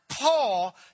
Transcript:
Paul